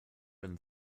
been